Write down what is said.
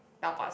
tapas cheap